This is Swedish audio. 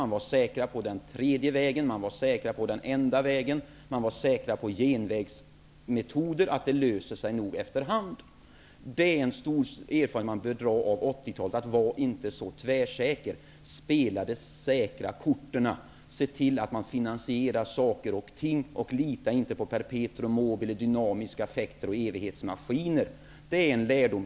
De var säkra på den tredje vägen. De var säkra på den enda vägen. De var säkra på genvägsmetoder, att det nog skulle lösa sig efter hand. Det är en erfarenhet av 80-talet som man bör ta till vara: Var inte så tvärsäker! Spela de säkra korten! Se till att finansiera saker och ting! Lita inte på perpetuum mobile och dynamiska effekter! Det är en lärdom.